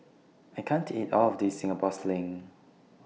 I can't eat All of This Singapore Sling